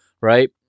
right